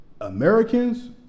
Americans